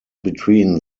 between